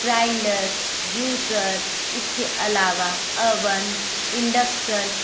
grinder juicer इसके अलावा oven induction